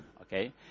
okay